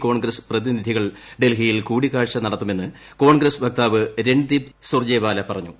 കോൺഗ്രസ് പ്രതിനിധികൾ ഡൽഹിയിൽ കൂടിക്കാഴ്ച നടത്തുമെന്ന് കോൺഗ്രസ് വക്താവ് രൺദീപ് സുർജെവാല പറഞ്ഞു